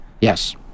Yes